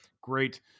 Great